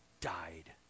died